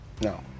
no